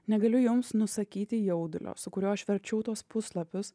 negaliu jums nusakyti jaudulio su kuriuo aš verčiau tuos puslapius